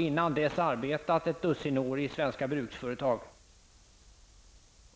Innan dess arbetade jag ett dussin år i svenska bruksföretag.